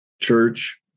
church